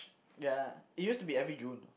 ya it used to be every June